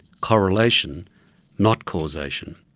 correlation not causation.